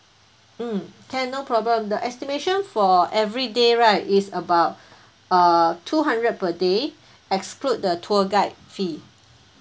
mm can no problem the estimation for every day right is about uh two hundred per day exclude the tour guide fee